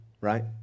right